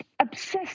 obsessed